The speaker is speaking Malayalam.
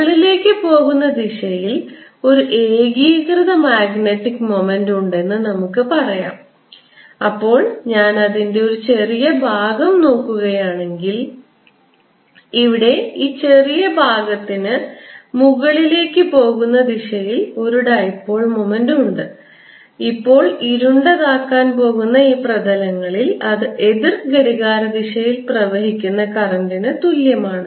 മുകളിലേക്ക് പോകുന്ന ദിശയിൽ ഒരു ഏകീകൃത മാഗ്നറ്റിക് മൊമെന്റ് ഉണ്ടെന്ന് നമുക്ക് പറയാം അപ്പോൾ ഞാൻ അതിന്റെ ഒരു ചെറിയ ഭാഗം നോക്കുകയാണെങ്കിൽ ഇവിടെ ഈ ചെറിയ ഭാഗത്തിന് മുകളിലേക്ക് പോകുന്ന ദിശയിൽ ഒരു ഡൈപോൾ മൊമെന്റ് ഉണ്ട് ഇപ്പോൾ ഇരുണ്ടതാക്കാൻ പോകുന്ന ഈ പ്രതലങ്ങളിൽ അത് എതിർ ഘടികാരദിശയിൽ പ്രവഹിക്കുന്ന കറൻറിന് തുല്യമാണ്